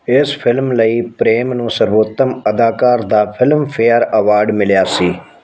ਇਸ ਫਿਲਮ ਲਈ ਪ੍ਰੇਮ ਨੂੰ ਸਰਵੋਤਮ ਅਦਾਕਾਰ ਦਾ ਫਿਲਮਫੇਅਰ ਐਵਾਰਡ ਮਿਲਿਆ ਸੀ